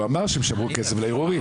הוא אמר שהם שמרו כסף לערעורים.